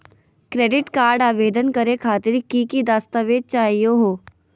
Credit card आवेदन करे खातिर की की दस्तावेज चाहीयो हो?